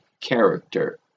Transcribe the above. character